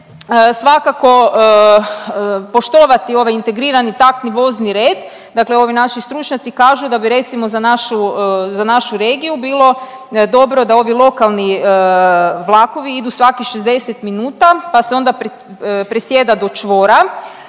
svakako poštovati ovaj integrirani taktni vozni red, dakle ovi naši stručnjaci kažu da bi recimo, za našu regiju bilo dobro da ovi lokalni vlakovi idu svakih 60 minuta pa se onda presjeda do čvora